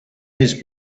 his